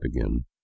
again